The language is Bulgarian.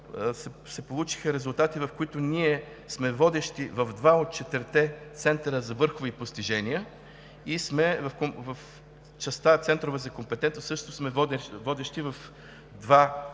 се получиха резултати, в които ние сме водещи в два от четирите центъра за върхови постижения и сме в частта „Центрове за компетентност“ – също сме водещи в два